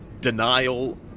Denial